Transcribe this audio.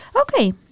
Okay